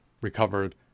recovered